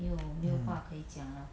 mm